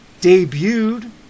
debuted